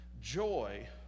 Joy